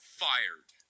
fired